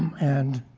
and